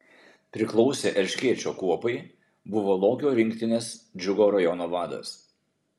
priklausė erškėčio kuopai buvo lokio rinktinės džiugo rajono vadas